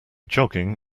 jogging